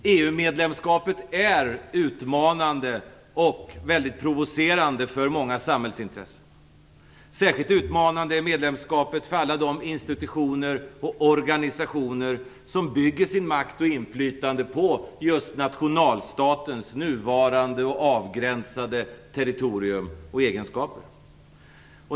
EU-medlemskapet är utmanande och väldigt provocerande för många samhällsintressen. Särskilt utmanande är medlemskapet för alla de institutioner och organisationer som bygger sin makt och sitt inflytande på nationalstatens nuvarande och avgränsade territorium och egenskaper.